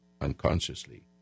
unconsciously